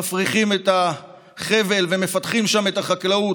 מפריחים את החבל ומפתחים שם את החקלאות,